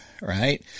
right